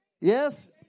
Yes